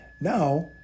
now